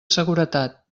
seguretat